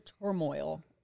turmoil